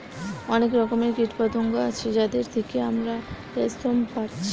অনেক রকমের কীটপতঙ্গ আছে যাদের থিকে আমরা রেশম পাচ্ছি